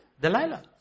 Delilah